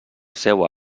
seua